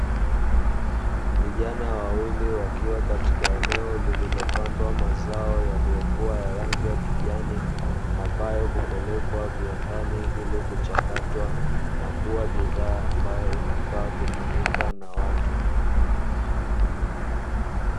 Vijana wawili wapo katika eneo lililopandwa mazao yaliyokua yakijani ambayo hupekwa viwandani ili kuchakatwa, na kua bidhaa ambayo inafaa kutumika na watu.